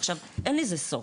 עכשיו אין לזה סוף.